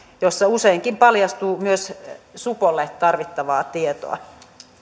jossa useinkin paljastuu myös supon tarvitsemaa tietoa